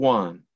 one